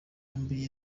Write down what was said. yombi